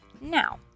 Now